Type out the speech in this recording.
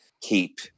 keep